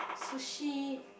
Sushi